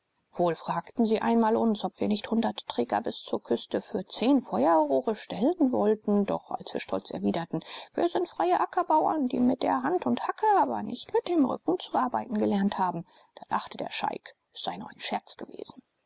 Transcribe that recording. wohl fragten sie einmal uns ob wir nicht hundert träger bis zur küste für zehn feuerrohre stellen wollten doch als wir stolz erwiderten wir sind freie ackerbauern die mit der hand und hacke aber nicht mit dem rücken zu arbeiten gelernt haben da lachte der scheik es sei nur ein scherz gewesen